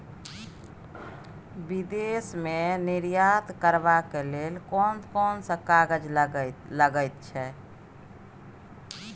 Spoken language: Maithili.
विदेश मे निर्यात करबाक लेल कोन कोन कागज लगैत छै